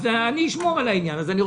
אני אשמור על העניין הזה.